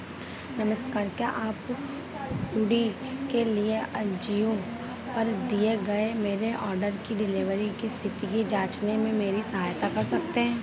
नमस्कार क्या आप हूडी के लिए अजियो पर दिए गए मेरे ऑर्डर की डिलेवरी की स्थिति की जाँचने में मेरी सहायता कर सकते हैं